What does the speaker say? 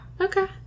Okay